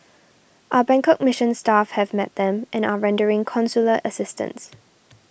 our Bangkok Mission staff have met them and are rendering consular assistance